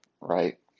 right